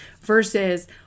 versus